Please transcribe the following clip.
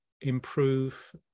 improve